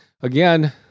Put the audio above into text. again